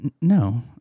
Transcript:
No